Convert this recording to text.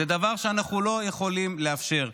זה דבר שאנחנו לא יכולים לאפשר.